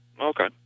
okay